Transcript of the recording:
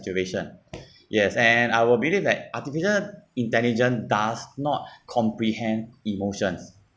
situation yes and I will believe that artificial intelligence does not comprehend emotions